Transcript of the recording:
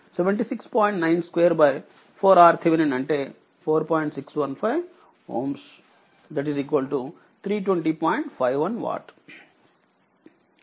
మొత్తం30లేదా31సమస్యలని చేసాము